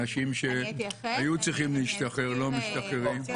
אנשים שהיו צריכים להשתחרר, לא משתחררים.